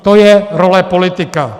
To je role politika.